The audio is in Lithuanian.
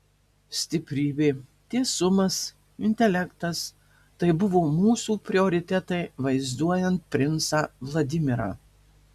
stiprybė tiesumas intelektas tai buvo mūsų prioritetai vaizduojant princą vladimirą